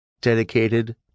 Dedicated